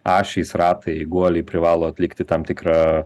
ašys ratai guoliai privalo atlikti tam tikrą